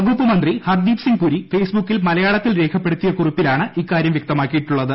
വകുപ്പ് മന്ത്രി ഹർദീപ് സിംഗ് പുരി ഫേസ്ബുക്കിൽ മലയാളത്തിൽ രേഖപ്പെടുത്തിയ കുറിപ്പിലാണ് ഇക്കാര്യം വ്യക്തമാക്കിയിട്ടുള്ളത്